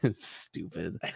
Stupid